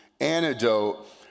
Antidote